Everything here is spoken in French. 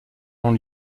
ont